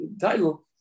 title